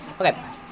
Okay